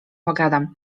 pogadam